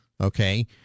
Okay